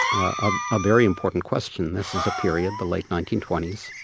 ah a very important question, this is a period, the late nineteen twenty s,